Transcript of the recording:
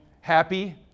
happy